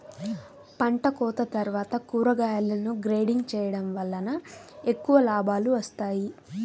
పంటకోత తర్వాత కూరగాయలను గ్రేడింగ్ చేయడం వలన ఎక్కువ లాభాలు వస్తాయి